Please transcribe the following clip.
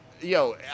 Yo